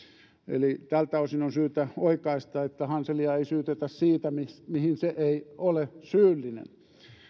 eli tältä osin on syytä oikaista että hanselia ei syytetä siitä mihin se ei ole syyllinen